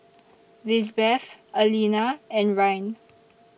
Lisbeth Allena and Ryne